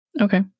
Okay